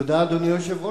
אדוני היושב-ראש,